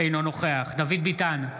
אינו נוכח דוד ביטן,